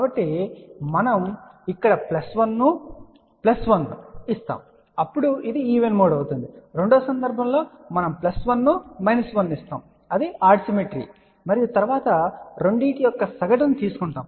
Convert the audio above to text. కాబట్టి మనము ఇక్కడ ప్లస్ 1 ను ప్లస్ 1 ఇస్తాము అప్పుడు ఇది ఈవెన్ మోడ్ అవుతుంది రెండవ సందర్భంలో మనం ప్లస్ 1 మైనస్ 1 ను ఇస్తాము అది ఆడ్ సిమెట్రీ మరియు తరువాత 2 యొక్క సగటును తీసుకుంటాము